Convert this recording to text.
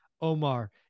Omar